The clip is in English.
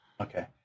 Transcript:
Okay